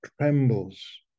trembles